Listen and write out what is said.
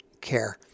care